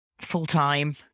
full-time